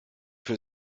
für